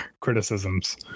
criticisms